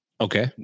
Okay